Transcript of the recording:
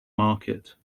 market